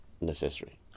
necessary